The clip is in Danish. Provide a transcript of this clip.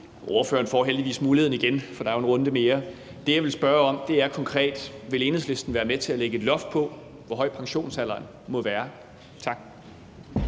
Ordføreren får heldigvis muligheden igen, for der er jo en runde mere. Det, jeg vil spørge om, er konkret: Vil Enhedslisten være med til at lægge et loft over, hvor høj pensionsalderen må være? Tak.